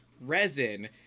resin